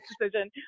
decision